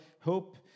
Hope